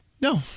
No